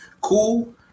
cool